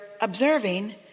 observing